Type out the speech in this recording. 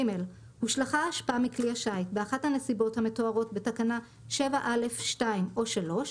(ג) הושלכה אשפה מכלי השיט באחת הנסיבות המתוארות בתקנה 7(א)(2) או (3),